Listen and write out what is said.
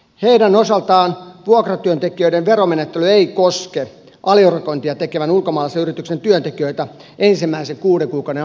heidän osaltaan vuokratyöntekijöiden veromenettely ei koske aliurakointia tekevän ulkomaisen yrityksen työntekijöitä ensimmäisen kuuden kuukauden aikana